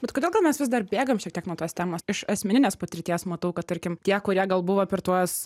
bet kodėl gal mes vis dar bėgam šiek tiek nuo tos temos iš asmeninės patirties matau kad tarkim tie kurie gal buvo per tuos